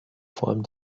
form